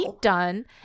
done